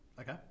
Okay